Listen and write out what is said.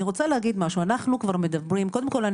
אני רוצה להגיד משהו: קודם כול,